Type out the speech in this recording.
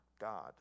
God